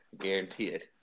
Guaranteed